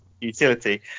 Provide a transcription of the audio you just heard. utility